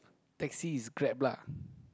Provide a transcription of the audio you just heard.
taxi is Grab lah